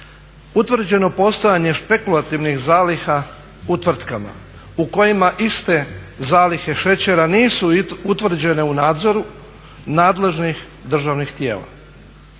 utvrđeno postojanje špekulativnih zaliha u tvrtkama u kojima iste zalihe šećera nisu utvrđene u nadzoru nadležnih državnih tijela.